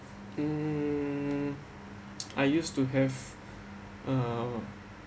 mm I used to have uh